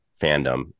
fandom